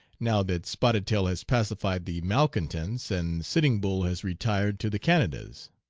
now that spotted tail has pacified the malcontents and sitting bull has retired to the canadas.